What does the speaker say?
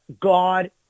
God